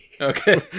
Okay